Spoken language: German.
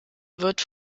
wird